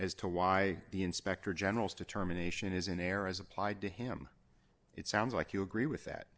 as to why the inspector general's determination is in error as applied to him it sounds like you agree with that